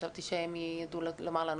חשבתי שהם ידעו לומר לנו.